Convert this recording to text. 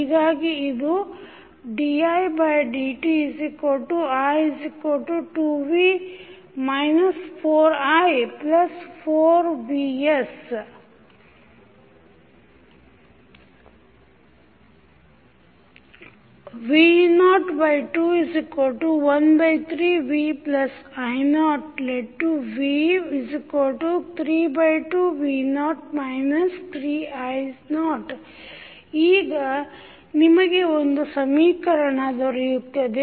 ಹೀಗಾಗಿ ಇದು didti2v 4i4vs v0213vi0v32v0 3i0 ಈಗ ನಿಮಗೆ ಒಂದು ಸಮೀಕರಣ ದೊರೆಯುತ್ತದೆ